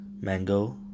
Mango